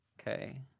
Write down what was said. Okay